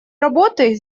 работы